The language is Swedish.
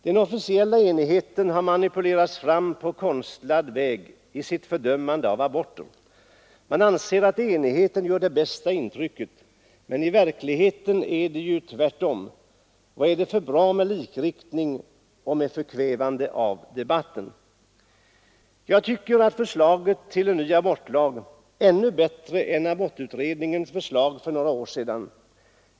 Den officiella enigheten har manipulerats fram på konstlad väg i sitt fördömande av aborter. Man anser att enighet gör det bästa intrycket. Men i verkligheten är det ju tvärtom. Vad är det för bra med likriktning och förkvävande av debatten?” Vidare säger han att han tycker att förslaget till ny abortlagstiftning ”är ännu bättre än abortutredningens förslag för några år sedan.